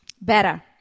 better